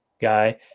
guy